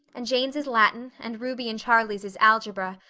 and jane's is latin, and ruby and charlie's is algebra,